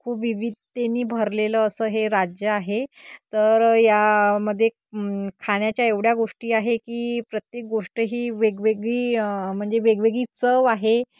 खूप विविधतेनी भरलेलं असं हे राज्य आहे तर या मध्ये खाण्याच्या एवढ्या गोष्टी आहे की प्रत्येक गोष्ट ही वेगवेगळी म्हणजे वेगवेगळी चव आहे